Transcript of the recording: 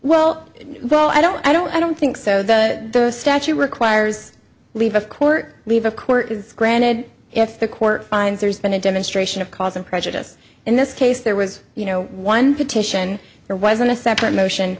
well i don't i don't i don't think so that the statute requires leave of court leave a court is granted if the court finds there's been a demonstration of causing prejudice in this case there was you know one petition there wasn't a separate motion